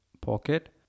pocket